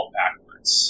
backwards